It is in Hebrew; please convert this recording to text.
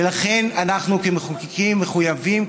ולכן אנחנו כמחוקקים מחויבים,